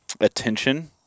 attention